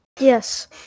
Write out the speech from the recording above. Yes